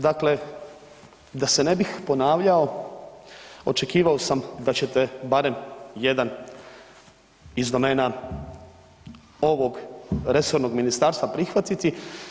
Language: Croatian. Dakle, da se ne bih ponavljao, očekivao sam da ćete barem jedan iz domena ovog resornog ministarstva prihvatiti.